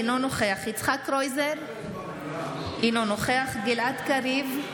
אינו נוכח יצחק קרויזר, אינו נוכח גלעד קריב,